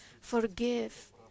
Forgive